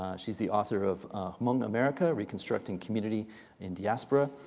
she's the author of hmong america reconstructing community in diaspora,